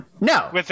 No